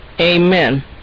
Amen